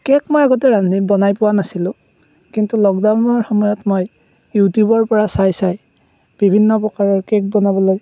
cake মই আগতে ৰান্ধি বনাই পোৱা নাছিলোঁ কিন্তু লক ডাউনৰ সময়ত মই ইউটিউবৰ পৰা চাই চাই বিভিন্ন প্ৰকাৰৰ কেক বনাবলৈ